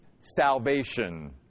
salvation